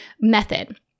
method